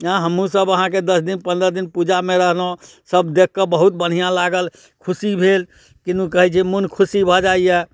हमहूँसब अहाँके दस दिन पनरह दिन पूजामे रहलहुँ सब देखिके बहुत बढ़िआँ लागल खुशी भेल किदन कहै छै मोन खुशी भऽ जाइए अँइ